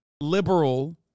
liberal